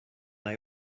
they